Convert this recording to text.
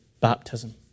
baptism